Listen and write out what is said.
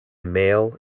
male